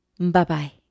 Bye-bye